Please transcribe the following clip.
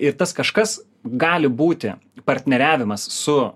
ir tas kažkas gali būti partneriavimas su